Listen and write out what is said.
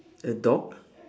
a dog